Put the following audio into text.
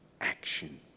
action